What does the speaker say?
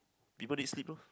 people need sleep lor